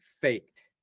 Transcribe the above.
faked